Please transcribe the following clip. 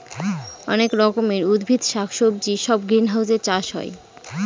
অনেক রকমের উদ্ভিদ শাক সবজি সব গ্রিনহাউসে চাষ হয়